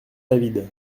david